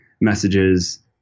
messages